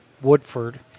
Woodford